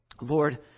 Lord